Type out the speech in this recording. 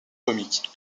comique